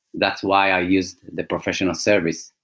that's why i used the professional service